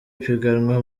ipiganwa